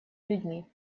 людьми